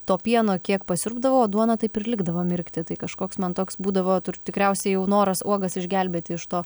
to pieno kiek pasiurbdavau o duona taip ir likdavo mirkti tai kažkoks man toks būdavo ir tur tikriausiai jau noras uogas išgelbėti iš to